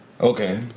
Okay